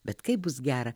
bet kaip bus gera